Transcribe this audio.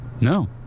No